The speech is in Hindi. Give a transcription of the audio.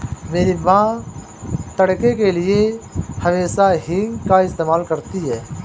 मेरी मां तड़के के लिए हमेशा हींग का इस्तेमाल करती हैं